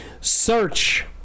Search